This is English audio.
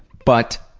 but,